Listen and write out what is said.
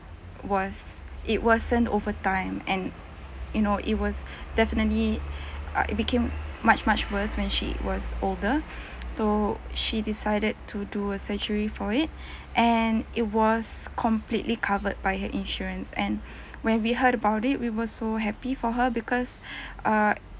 was it wasn't overtime and you know it was definitely uh it became much much worse when she was older so she decided to do a surgery for it and it was completely covered by her insurance and when we heard about it we were so happy for her because uh